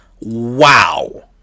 Wow